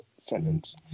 sentence